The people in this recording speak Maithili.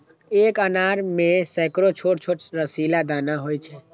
एक अनार मे सैकड़ो छोट छोट रसीला दाना होइ छै